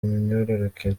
myororokere